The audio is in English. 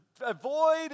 avoid